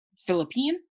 Philippine